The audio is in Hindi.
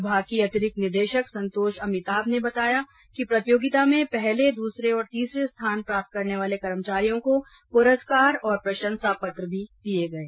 विभाग की अतिरिक्त निदेशक संतोष अमिताभ ने बताया कि प्रतियोगिता में पहले दूसरे और तीसरा स्थान प्राप्त करने वाले कर्मचारियों को पुरस्कार और प्रशंसा पत्र भी दिये गये